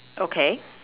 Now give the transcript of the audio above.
okay